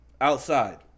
outside